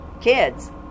kids